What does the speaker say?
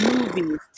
Movies